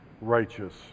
righteous